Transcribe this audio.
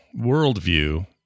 worldview